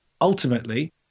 ultimately